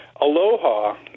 Aloha